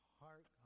heart